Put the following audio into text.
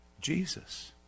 jesus